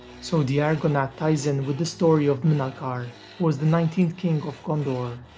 so the argonath ties in with the story of minalcar who was the nineteenth king of gondor.